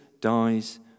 dies